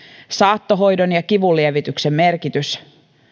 saattohoidon ja ja kivunlievityksen merkitys